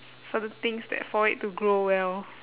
c~ certain things that for it to grow well